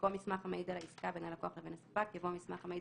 במקום "מסמך המעיד על העסקה בין הלקוח לבין הספק" יבוא "מסמך המעיד